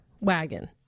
wagon